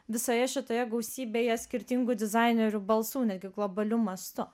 visoje šitoje gausybėje skirtingų dizainerių balsų netgi globaliu mastu